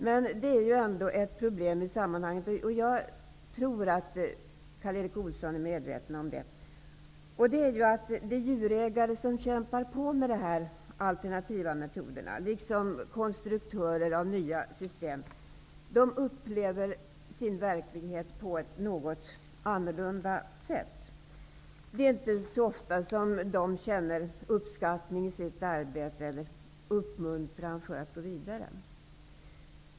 Det finns emellertid ett problem i sammanhanget, vilket jag tror Karl Erik Olsson är medveten om, nämligen att de djurägare som kämpar på med alternativa metoder, liksom konstruktörer av nya system, upplever sin verklighet på ett något annorlunda sätt. Det är inte ofta som de känner uppskattning i sitt arbete och uppmuntran att gå vidare.